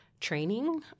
training